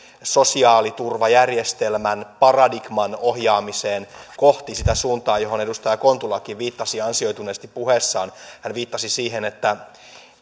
sosiaaliturvajärjestelmän paradigman ohjaamiseen kohti sitä suuntaa johon edustaja kontulakin viittasi ansioituneesti puheessaan hän viittasi siihen että